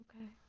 Okay